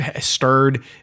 stirred